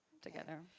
together